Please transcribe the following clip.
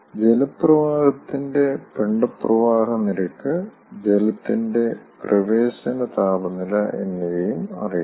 ജലപ്രവാഹത്തിന്റെ പിണ്ട പ്രവാഹ നിരക്ക് ജലത്തിന്റെ പ്രവേശന താപനില എന്നിവയും അറിയാം